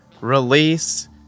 release